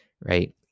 Right